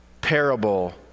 parable